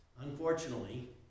Unfortunately